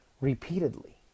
repeatedly